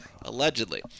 allegedly